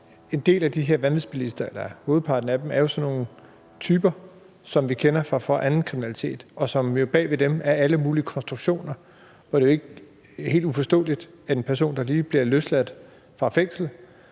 en del af de her vanvidsbilister, eller hovedparten af dem, jo er sådan nogle typer, som vi kender fra anden kriminalitet, og bag ved dem er alle mulige konstruktioner. Det er jo helt uforståeligt, at en person, der lige er blevet løsladt fra fængslet